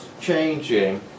changing